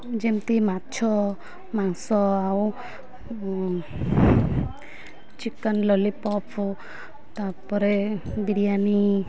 ଯେମିତି ମାଛ ମାଂସ ଆଉ ଚିକେନ୍ ଲଲିପପ୍ ତାପରେ ବିରିୟାନୀ